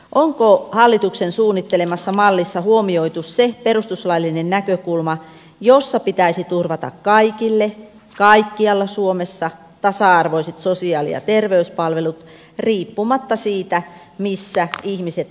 onko hallituksen suunnittelemassa mallissa huomioitu se perustuslaillinen näkökulma että pitäisi turvata kaikille kaikkialla suomessa tasa arvoiset sosiaali ja terveyspalvelut riippumatta siitä missä ihmiset asuvat